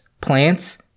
Plants